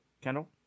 Kendall